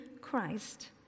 Christ